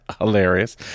hilarious